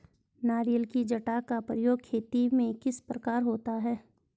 नारियल की जटा का प्रयोग खेती में किस प्रकार होता है?